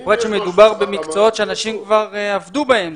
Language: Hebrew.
בפרט שמדובר במקצועות שאנשים כבר עבדו בהם,